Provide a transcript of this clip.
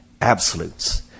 absolutes